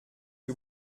que